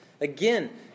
Again